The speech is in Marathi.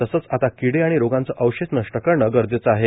तसेच आता किडी आणि रोगांचे अवशेष नष्ट करणे गरजेचे आहे